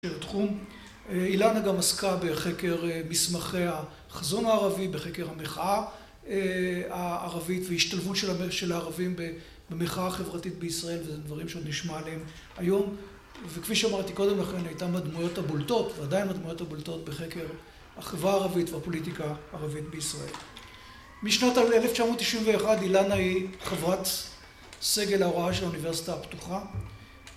של תחום. אילנה גם עסקה בחקר מסמכי החזון הערבי בחקר המחאה הערבית וההשתלבות של הערבים במחאה החברתית בישראל וזה דברים שנשמע עליהם היום, וכפי שאמרתי קודם לכן, היא הייתה מהדמויות הבולטות ועדיין מהדמויות הבולטות בחקר החברה הערבית והפוליטיקה הערבית בישראל. משנת 1991 אילנה היא חברת סגל ההוראה של האוניברסיטה הפתוחה